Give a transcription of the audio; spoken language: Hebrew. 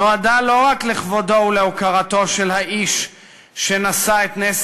נועדה לא רק לכבודו ולהוקרתו של האיש שנשא את נס